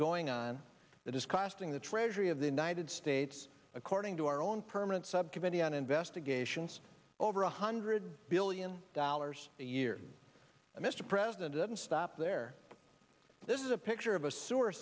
going on that is costing the treasury of the united states according to our own permanent subcommittee on investigations over one hundred billion dollars a year mr president didn't stop there this is a picture of a sewer